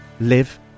live